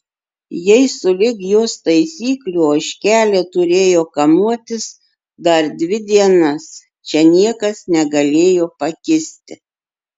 jei sulig jos taisyklių ožkelė turėjo kamuotis dar dvi dienas čia niekas negalėjo pakisti